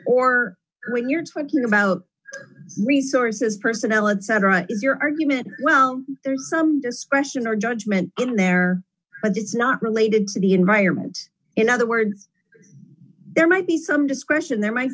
or your twiddling about resources personnel it satirizes your argument well there's some discretion or judgement in there but it's not related to the environment in other words there might be some discretion there might